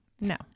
no